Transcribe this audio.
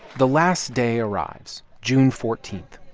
the last day arrives, june fourteen.